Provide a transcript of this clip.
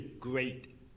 great